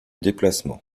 déplacement